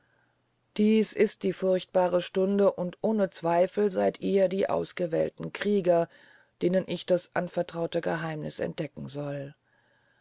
dies ist die furchtbare stunde und ohne zweifel seyd ihr die auserwählten krieger denen ich das anvertraute geheimniß entdecken soll